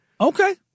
Okay